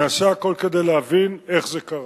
אבל נעשה הכול כדי להבין איך זה קרה.